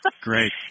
great